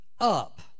up